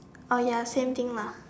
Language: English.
oh ya same thing lah